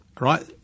Right